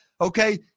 Okay